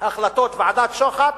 החלטות ועדת-שוחט.